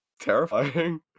terrifying